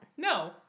No